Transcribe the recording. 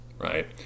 right